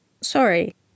Sorry